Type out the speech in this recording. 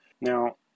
Now